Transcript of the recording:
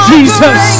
Jesus